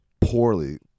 poorly